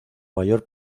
mayor